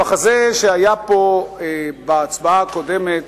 המחזה שהיה פה בהצבעה הקודמת,